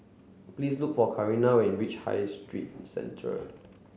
please look for Carina when you reach High Street Centre